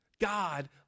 God